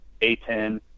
A-10